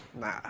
Nah